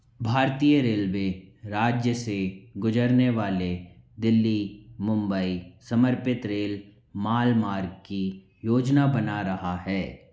भारतीय रेलवे राज्य से गुजरने वाले दिल्ली मुंबई समर्पित रेल माल मार्ग की योजना बना रहा है